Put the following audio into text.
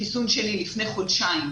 חיסון שני מלפני חודשיים,